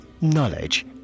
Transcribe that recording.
knowledge